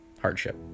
hardship